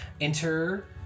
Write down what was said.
enter